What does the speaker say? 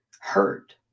hurt